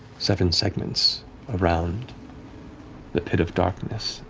seven segments around the pit of darkness,